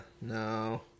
No